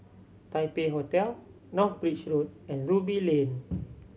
Taipei Hotel North Bridge Road and Ruby Lane